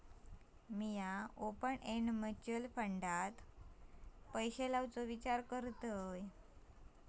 मी open end mutual फंडात पैशे लावुचो विचार करतंय